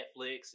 Netflix